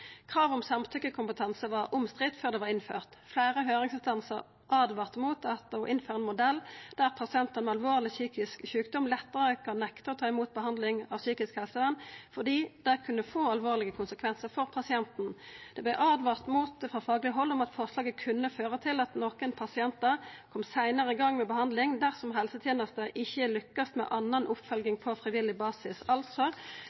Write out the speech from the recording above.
om samtykkjekompetanse var omstridt da det vart innført. Fleire høyringsinstansar åtvara mot å innføra ein modell der pasientar med alvorleg psykisk sjukdom lettare kan nekta å ta imot behandling av psykisk helsevern fordi det kunne få alvorlege konsekvensar for pasienten. Det vart frå fagleg hald åtvara mot at forslaget kunne føra til at nokre pasientar kom seinare i gang med behandling dersom helsetenesta ikkje lukkast med anna oppfølging på frivillig basis. Altså